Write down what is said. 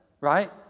Right